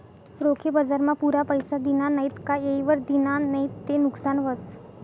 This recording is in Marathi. रोखे बजारमा पुरा पैसा दिना नैत का येयवर दिना नैत ते नुकसान व्हस